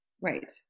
Right